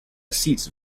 seats